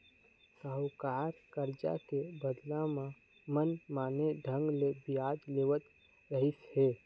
साहूकार करजा के बदला म मनमाने ढंग ले बियाज लेवत रहिस हे